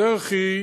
הדרך היא,